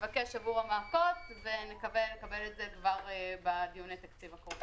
בתקווה לקבל את זה כבר בדיוני התקציב הקרובים.